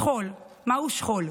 שכול, מהו שכול?